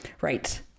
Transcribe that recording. Right